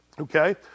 okay